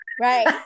right